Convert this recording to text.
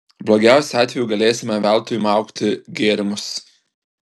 blogiausiu atveju galėsime veltui maukti gėrimus